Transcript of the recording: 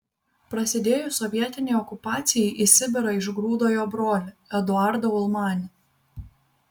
prasidėjus sovietinei okupacijai į sibirą išgrūdo jo brolį eduardą ulmanį